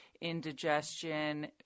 indigestion